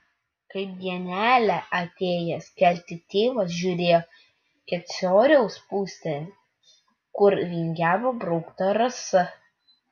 kaip dienelė atėjęs kelti tėvas žiūrėjo kecoriaus pusėn kur vingiavo braukta rasa